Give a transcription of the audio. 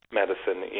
medicine